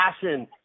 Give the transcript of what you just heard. passion